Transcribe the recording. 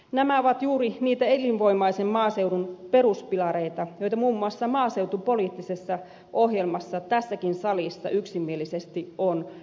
nämä ovat juuri niitä elinvoimaisen maaseudun peruspilareita joita muun muassa maaseutupoliittisessa ohjelmassa tässäkin salissa yksimielisesti on peräänkuulutettu